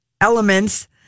elements